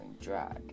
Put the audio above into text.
drag